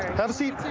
have a seat.